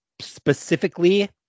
specifically